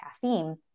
caffeine